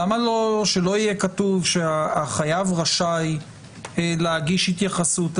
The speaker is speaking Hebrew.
למה שלא יהיה כתוב שהחייב רשאי להגיש התייחסות?